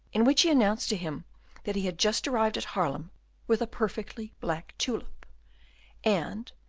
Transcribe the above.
in which he announced to him that he had just arrived at haarlem with a perfectly black tulip and,